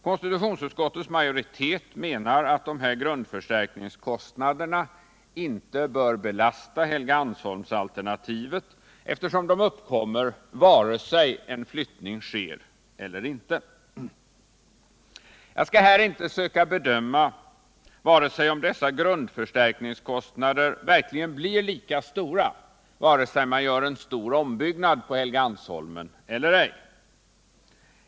Konstitutionsutskottets majoritet menar att dessa grundförstärkningskostnader inte bör belasta Helgeandsholmsalternativet, eftersom de uppkommer oavsett om en flyttning sker eller inte. Jag skall här inte söka bedöma om dessa grundförstärkningskostnader verkligen blir lika stora vare sig man gör en stor ombyggnad på Helgeandsholmen eller ej.